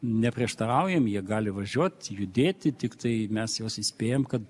neprieštaraujam jie gali važiuot judėti tiktai mes juos įspėjam kad